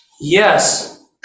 yes